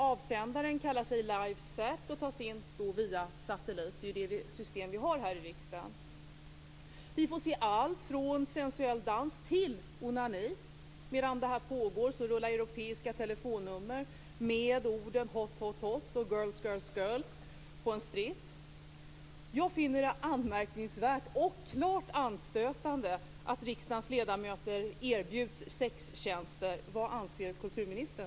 Avsändaren kallar sig för Live sat och tas in via satellit, som är det system vi har här i riksdagen. Vi får se allt från sensuell dans till onani. Medan detta pågår rullar europeiska telefonnummer tillsammans med orden hot, hot och girls, girls på en stripp. Jag finner det anmärkningsvärt och klart anstötande att riksdagens ledamöter erbjuds sextjänster.